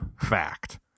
Fact